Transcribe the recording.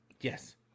Yes